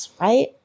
right